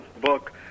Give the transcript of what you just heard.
book